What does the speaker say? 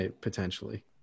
potentially